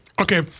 Okay